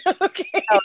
okay